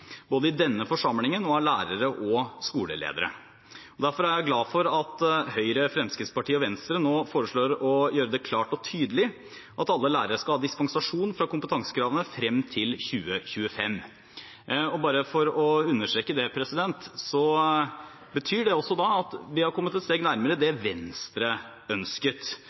både i denne forsamlingen og av lærere og skoleledere. Derfor er jeg glad for at Høyre, Fremskrittspartiet og Venstre nå foreslår å gjøre det klart og tydelig at alle lærere skal ha dispensasjon fra kompetansekravene frem til 2025. Og bare for å understreke det: Det betyr at vi har kommet et steg nærmere det Venstre ønsket.